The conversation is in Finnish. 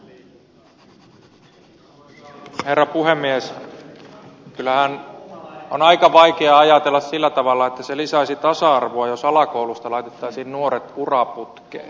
kyllähän on aika vaikea ajatella sillä tavalla että se lisäisi tasa arvoa jos alakoulusta laitettaisiin nuoret uraputkeen